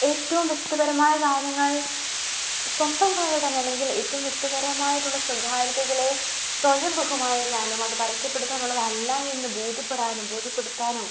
ഏറ്റവും വ്യക്തിപരമായ കാര്യങ്ങൾ സ്വന്തം കൈയ്യിൽ തന്നെ അല്ലെങ്കിൽ ഏറ്റവും വ്യക്തിപരമായിട്ടുള്ള സ്വകാര്യതകളെ സ്വയം ബഹുമാനിക്കാനും അത് പരസ്യപ്പെടുത്താനുള്ളതല്ല എന്നു ബോധ്യപ്പെടാനും ബോധ്യപ്പെടുത്താനും